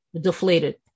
Deflated